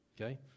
Okay